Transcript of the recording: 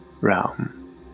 realm